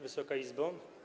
Wysoka Izbo!